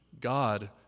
God